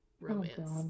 romance